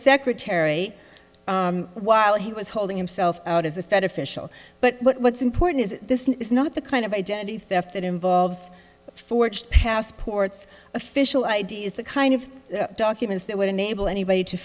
secretary while he was holding himself out as a fed official but what's important is this is not the kind of identity theft that involves forged passports official id is the kind of documents that would enable anybody to